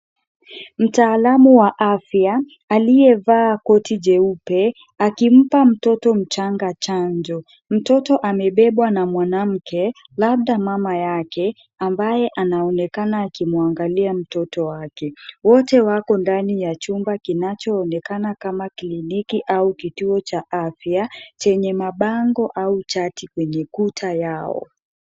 Mtaalamu wa afya, aliyevaa koti jeupe akimpa mtoto mchanga chanjo. Mtoto amebebwa na mwanamke, labda mama yake ambaye anaonekana akimwangalia mtoto wake. Wote wako ndani ya chumba kinachoonekana kama kliniki au kituo cha afya, chenye mabango au chati kwenye kuta yao.